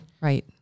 Right